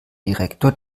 direktor